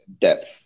depth